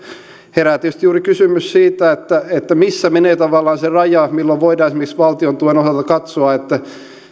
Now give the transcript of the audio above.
herää tietysti juuri kysymys siitä missä menee tavallaan se raja milloin voidaan esimerkiksi valtiontuen kohdalla katsoa että